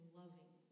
loving